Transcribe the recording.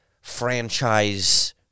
franchise